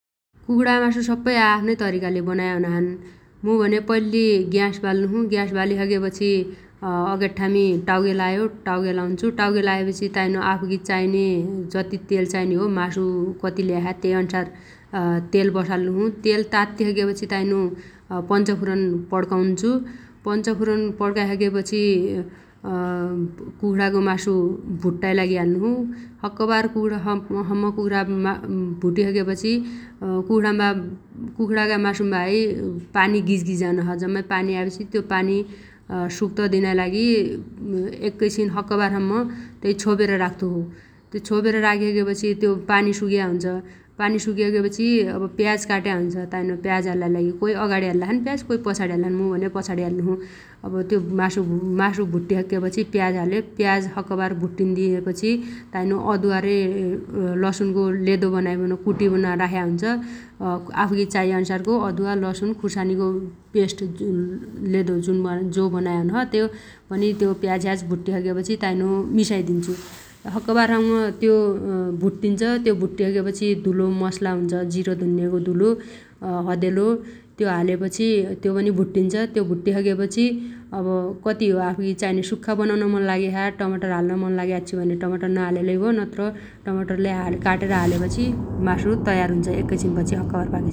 कुखुणा मासु सप्पैले आआफ्नै तरिकाले बनाया हुनाछन् । मु भने पैल्ली ग्यास बाल्लोछु । ग्यास बालिसगेपछि अगेठ्ठामी टाउग्या लायो टाउग्या लाउन्छु । टाउग्या लायापछि ताइनो आफुगी चाइने जति तेल चाइन्या हो मासु जति ल्याया छ त्यै अन्सार तेल बसाल्लो छु । तेल तात्तिसगेपछि ताइनो पञ्चफुरन पड्काउन्छु । पञ्चफुरन पड्काइसगेपछि कुखुणागो मासु भुट्टाइ लागि हाल्लोछु । सक्कबारसम्म कुखुणागो मा भुटिसगेपछि कुखुणाम्बा_कुखुणागा मासुम्बा है पानी गिज्गिजानो छ । जम्माइ पानी आएपछि त्यो पानि सुक्त दिनाइ लागि एक्कैछिन_सक्कबारसम्म तै छोपेर राख्तोछु । त्यो छोपेर राखिसगेपछि त्यो पानि सुग्या हुन्छ । पानी सुकिसगेपछि अब प्याज काट्या हुन्छ ताइनो प्याज हाल्लाइ लागि । कोइ अगाडी हाल्लाछन् प्याज कोइ पछाडी हाल्लाछन् । मु भने पछाडी हाल्लोछु । अब त्यो मासु मासु भुट्टिसक्केपछि प्याज हाल्यो प्याज सक्कबार भुट्टिन दिएपछि ताइनो अदुवा रे लसुनगो लेदो बनाइबन कुटिबन राख्या हुन्छ । आफुगी चाइयाअनुसारगो अदुवा लसुन खुसानीगो पेस्ट लेदो जुन_जो बनाया हुनोछ त्यो पनि त्यो प्याजस्याज भुट्टिसक्केपछि ताइनो मिसाइदिन्छु । सक्कबारसम्म त्यो भुट्टिन्छ त्यो भुट्टिसक्केपछी धुलो मसला हुन्छ जिरो धन्योगो धुलो हदेलो त्यो हालेपछि त्यो पनि भुट्टिन्छ । त्यो भुट्टिसक्केपछि अब कति हो आफुगी चाइन्या सुख्खा बनाउन मन लाग्या छ टमाटर हाल्ल मन लाग्या आच्छि भन्या टमाटर नहालेलै भ्यो नत्र टमाटर लै काटेर हालेपछि मासु तयार हुन्छ एकैछिन पछि सक्कबारपछि ।